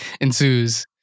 ensues